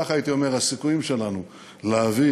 כך הייתי אומר שהסיכויים שלנו להביא